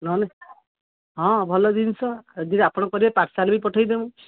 ନହେଲେ ହଁ ଭଲ ଜିନିଷ ଯଦି ଆପଣ କରିବେ ପାର୍ସଲ ବି ପଠେଇଦେବୁ